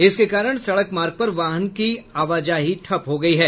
इसके कारण सड़क मार्ग पर वाहनों की आवाजाही ठप्प हो गयी है